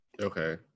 Okay